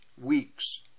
weeks